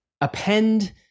append